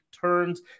turns